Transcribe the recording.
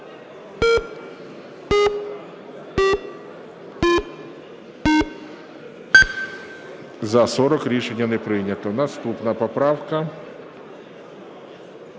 За-40 Рішення не прийнято. Наступна поправка